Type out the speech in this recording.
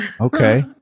okay